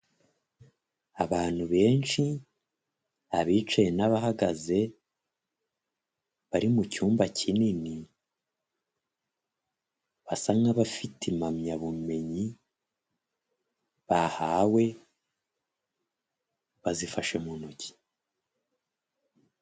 Abantu benshi abicaye n'abahagaze, bari mu cyumba kinini, basa nk'abafite impamyabumenyi bahawe bazifashe mu ntoki.